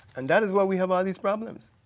and that is why we have all these problems.